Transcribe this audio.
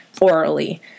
orally